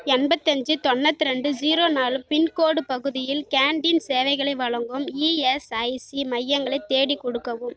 எண்பத்தஞ்சு தொண்ணூத்திரெண்டு ஜீரோ நாலு பின்கோடு பகுதியில் கேன்டீன் சேவைகளை வழங்கும் இஎஸ்ஐசி மையங்களை தேடிக் கொடுக்கவும்